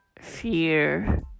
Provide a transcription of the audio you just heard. fear